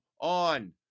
on